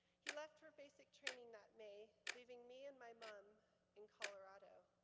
he left for basic training that may, leaving me and my mom in colorado.